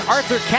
Arthur